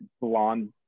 blonde